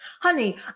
Honey